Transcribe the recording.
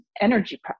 energy